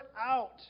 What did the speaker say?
out